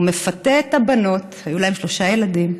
הוא מפתה את הבנות, היו להם שלושה ילדים,